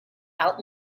out